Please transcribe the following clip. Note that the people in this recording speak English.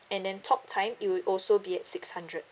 and then talk time it would also be at six hundred